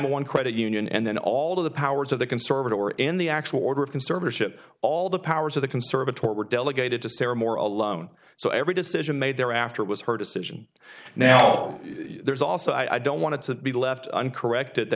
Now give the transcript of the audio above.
one credit union and then all of the powers of the conservative or in the actual order of conservatorship all the powers of the conservatory were delegated to stare more alone so every decision made there after it was her decision now there's also i don't want to be left on corrected that